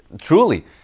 truly